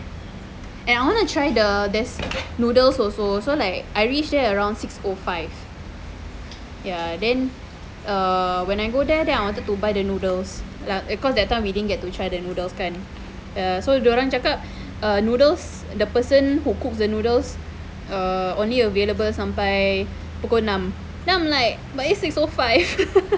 and I want to try the there's noodles also so like I reach there around six O five ya then err when I go there then I wanted to buy the noodles cause that time we didn't get to try the noodles kan so dorang cakap uh noodles the person who cook the noodles uh only available sampai pukul enam then I'm like but it's six O five